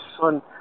Son